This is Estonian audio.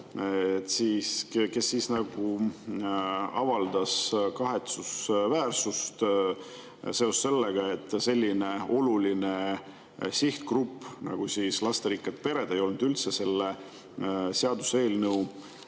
kes avaldas kahetsust seoses sellega, et selline oluline sihtgrupp nagu lasterikkad pered ei olnud üldse selle seaduseelnõu